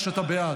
בעד,